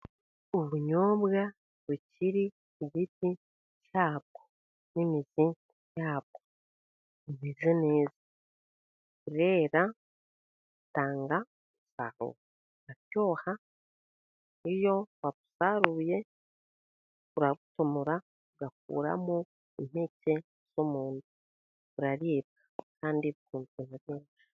Ubunyobwa bukiri ku giti cyabwo n'imizi yabwo, imeze neza irera itanga umusaruro, buraryoha iyo wabusaruye urabutonora ugakuramo impeke zo mu nda, buraribwa kandi twumva buryoshye.